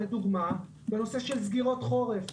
לדוגמה בנושא של סגירות חורף.